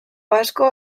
asko